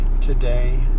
today